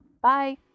Bye